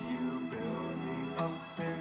you know the